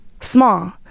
small